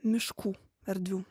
miškų erdvių